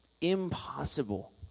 impossible